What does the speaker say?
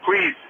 Please